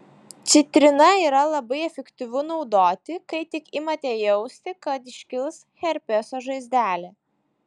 citrina yra labai efektyvu naudoti kai tik imate jausti kad iškils herpeso žaizdelė